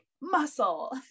muscle